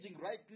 right